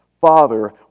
father